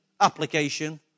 application